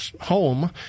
home